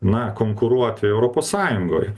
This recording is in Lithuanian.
na konkuruoti europos sąjungoj